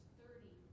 thirty